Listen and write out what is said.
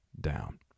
down